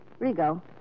Rigo